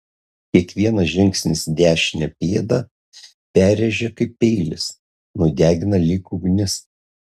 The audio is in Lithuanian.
kiekvienas žingsnis dešinę pėdą perrėžia kaip peilis nudegina lyg ugnis